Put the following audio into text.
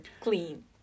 clean